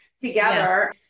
together